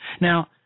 Now